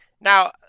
Now